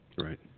right